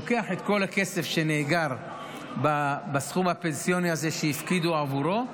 הוא לוקח את כל הכסף שנאגר בסכום הפנסיוני הזה שהפקידו עבורו,